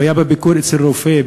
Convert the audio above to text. הוא היה בביקור אצל רופא,